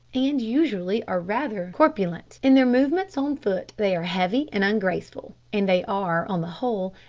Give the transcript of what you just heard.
and usually are rather corpulent. in their movements on foot they are heavy and ungraceful, and they are, on the whole,